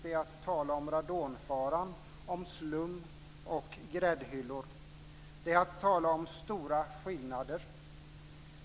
Det är att tala om radonfaran, om slum och gräddhyllor. Det är att tala om stora skillnader.